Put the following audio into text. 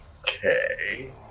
Okay